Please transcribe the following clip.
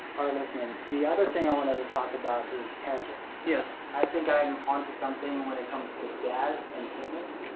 are listening. the other thing i wanted to talk about is parenting. yes. i think i am onto something when it comes to dads and fitness.